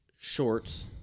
shorts